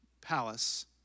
palace